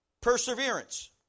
Perseverance